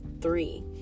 three